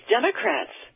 Democrats